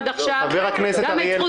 חבר הכנסת אריאל